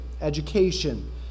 education